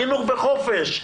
החינוך בחופש.